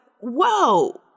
whoa